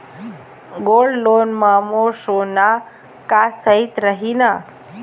Gold loan मे मोर सोना हा सइत रही न?